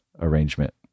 arrangement